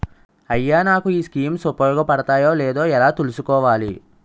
అయ్యా నాకు ఈ స్కీమ్స్ ఉపయోగ పడతయో లేదో ఎలా తులుసుకోవాలి?